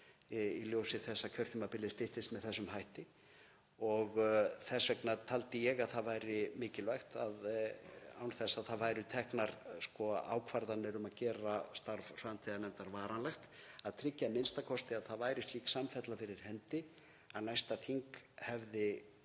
í ljósi þess að kjörtímabilið styttist með þessum hætti. Þess vegna taldi ég að það væri mikilvægt, án þess að það væru teknar ákvarðanir um að gera starf framtíðarnefndar varanlegt, að tryggja a.m.k. að það væri slík samfella fyrir hendi að næsta þing hefði